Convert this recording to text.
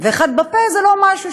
ואחד בפה זה לא משהו,